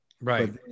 Right